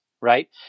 right